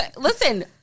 listen